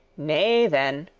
nay then,